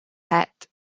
het